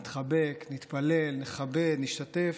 נתחבק, נתפלל, נכבד, נשתתף,